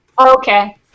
Okay